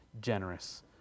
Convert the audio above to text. generous